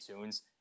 Tunes